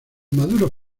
maduro